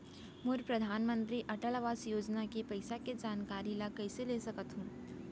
मोर परधानमंतरी अटल आवास योजना के पइसा के जानकारी ल कइसे ले सकत हो?